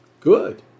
Good